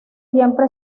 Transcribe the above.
siempre